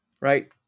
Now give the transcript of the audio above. Right